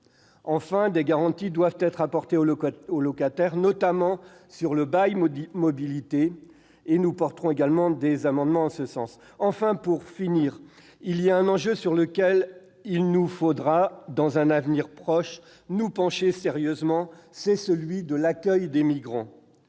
outre, des garanties doivent être apportées aux locataires, notamment sur le bail mobilité. Nous défendrons également des amendements en ce sens. Enfin, je citerai un enjeu sur lequel il nous faudra, dans un avenir proche, nous pencher sérieusement : celui de l'accueil des migrants.